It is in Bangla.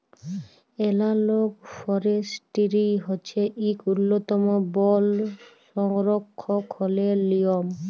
এলালগ ফরেসটিরি হছে ইক উল্ল্যতম বল সংরখ্খলের লিয়ম